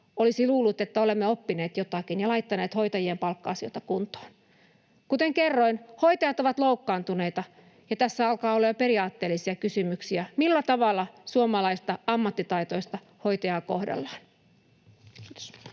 olisi luullut, että olemme oppineet jotakin ja laittaneet hoitajien palkka-asioita kuntoon. Kuten kerroin, hoitajat ovat loukkaantuneita, ja tässä alkaa olla jo periaatteellisia kysymyksiä, millä tavalla suomalaista ammattitaitoista hoitajaa kohdellaan.